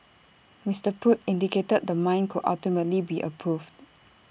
Mister Pruitt indicated the mine could ultimately be approved